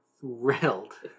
thrilled